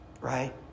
right